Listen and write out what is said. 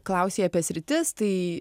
klausei apie sritis tai